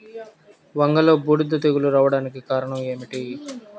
వంగలో బూడిద తెగులు రావడానికి కారణం ఏమిటి?